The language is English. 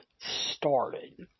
started